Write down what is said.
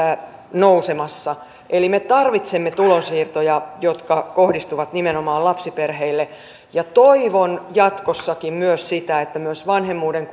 nousemassa eli me tarvitsemme tulonsiirtoja jotka kohdistuvat nimenomaan lapsiperheille toivon jatkossakin myös sitä että myös vanhemmuuden